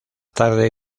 tarde